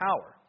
power